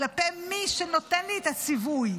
כלפי מי שנותן לי את הציווי,